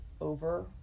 over